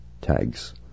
tags